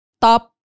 top